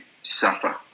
suffer